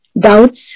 doubts